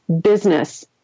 business